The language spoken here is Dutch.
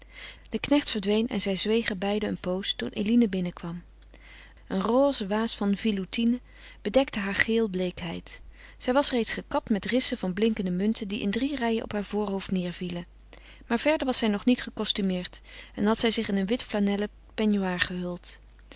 de knecht verdween en zij zwegen beide een pooze toen eline binnenkwam een rose waas van veloutine bedekte hare geelbleekheid zij was reeds gekapt met rissen van blinkende munten die in drie rijen op haar voorhoofd neêrvielen maar verder was zij nog niet gekostumeerd en had zij zich in een wit flanellen peignoir gehuld